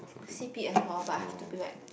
c_p_f loh but I have to pay back